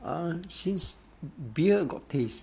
uh since beer got taste